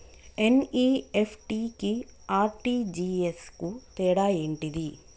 NEFT కి RTGS కు తేడా ఏంటిది?